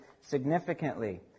significantly